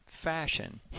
fashion